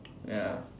ya